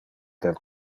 del